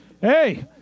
Hey